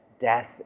death